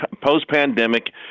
post-pandemic